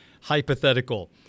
hypothetical